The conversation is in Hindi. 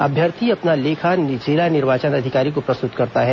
अभ्यर्थी अपना लेखा जिला निर्वाचन अधिकारी को प्रस्तुत करता है